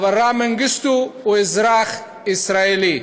אברה מנגיסטו הוא אזרח ישראל,